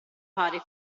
fare